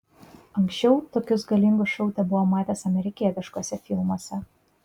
anksčiau tokius galingus šou tebuvo matęs amerikietiškuose filmuose